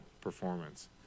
performance